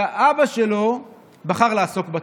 שאבא שלו בחר לעסוק בתורה.